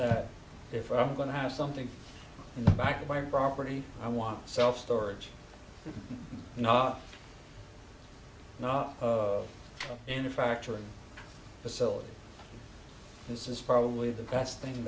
that if i'm going to have something in the back of my property i want self storage not not in a factory facility this is probably the best thing